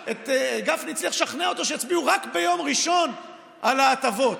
וגפני הצליח לשכנע אותו שיצביעו רק ביום ראשון על ההטבות.